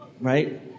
right